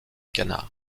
canard